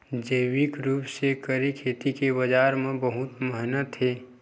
जैविक रूप से करे खेती के बाजार मा बहुत महत्ता हे